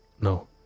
no